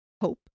hope